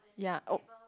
ya oh